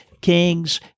king's